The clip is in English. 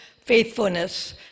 faithfulness